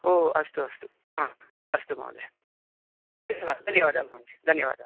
ओ अस्तु अस्तु हा अस्तु महोदय धन्यवादः धन्यवादः महोदय धन्यवादः